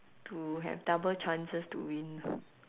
to have double chances to win